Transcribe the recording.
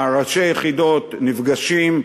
ראשי היחידות נפגשים.